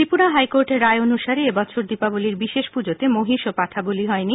ত্রিপুরা হাইকোর্টের রায় অনুসারে এবছর দীপাবলীর বিশেষ পুজাতে মহিষ ও পাঠা বলি হয়নি